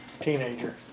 teenager